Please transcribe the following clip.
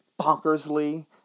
bonkersly